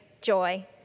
joy